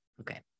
Okay